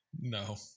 No